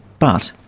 but,